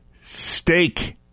Steak